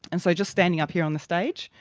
and so just standing up here on the stage,